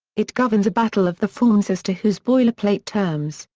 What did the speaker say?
it governs a battle of the forms as to whose boilerplate terms,